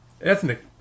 ethnic